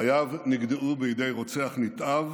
חייו נגדעו בידי רוצח נתעב